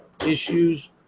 issues